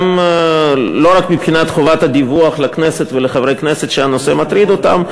לא רק מבחינת חובת הדיווח לכנסת ולחברי הכנסת שהנושא מטריד אותם,